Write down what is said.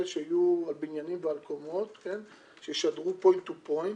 שיהיו על בניינים ועל קומות שישדרו point to point,